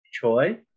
Choi